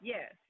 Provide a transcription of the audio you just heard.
Yes